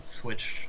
switch